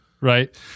right